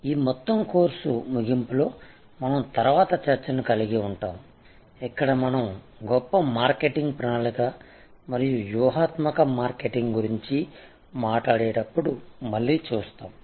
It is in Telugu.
ఈ మొత్తం కోర్సు ముగింపులో మనం తరువాత చర్చను కలిగి ఉంటాము ఇక్కడ మనం గొప్ప మార్కెటింగ్ ప్రణాళిక మరియు వ్యూహాత్మక మార్కెటింగ్ గురించి మాట్లాడేటప్పుడు మళ్ళీ చూస్తాము